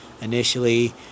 initially